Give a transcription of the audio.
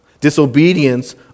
Disobedience